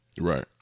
Right